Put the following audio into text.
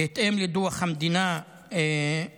בהתאם לדוח הלמ"ס מ-2023,